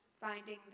finding